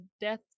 death